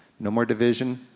no more division,